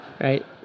Right